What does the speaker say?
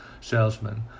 salesman